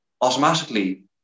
automatically